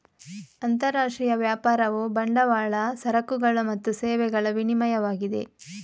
ಅಂತರರಾಷ್ಟ್ರೀಯ ವ್ಯಾಪಾರವು ಬಂಡವಾಳ, ಸರಕುಗಳು ಮತ್ತು ಸೇವೆಗಳ ವಿನಿಮಯವಾಗಿದೆ